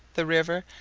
the river,